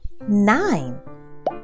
nine